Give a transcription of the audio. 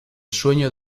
sueño